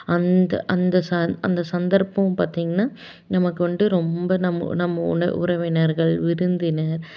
அந்த அந்த ச அந்த சந்தர்ப்பம் பார்த்திங்கன்னா நமக்கு வந்துட்டு ரொம்ப நம்ம நம்ம உறவினர்கள் விருந்தினர்